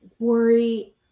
worry